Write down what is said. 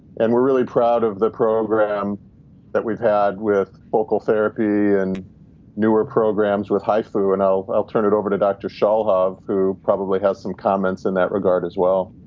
and we're really proud of the program that we've had with focal therapy and newer programs with hifu. and i'll i'll turn it over to dr. shalhav who probably has some comments in that regard as well.